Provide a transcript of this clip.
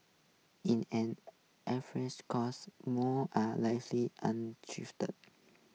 in an every scores more are